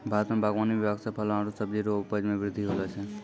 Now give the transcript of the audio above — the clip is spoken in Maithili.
भारत मे बागवानी विभाग से फलो आरु सब्जी रो उपज मे बृद्धि होलो छै